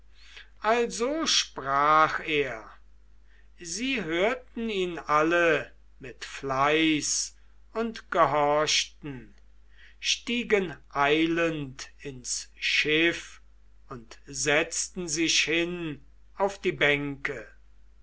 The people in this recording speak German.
also sprach er sie hörten ihn alle mit fleiß und gehorchten stiegen eilend ins schiff und setzten sich hin auf die bänke